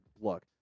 look